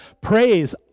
praise